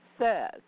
says